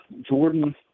Jordan